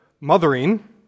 mothering